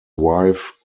wife